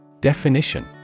Definition